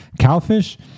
cowfish